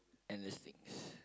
endless things